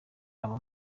aba